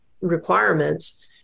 requirements